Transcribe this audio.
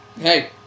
Hey